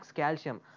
calcium